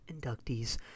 inductees